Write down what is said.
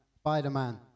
Spider-Man